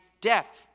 death